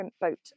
boat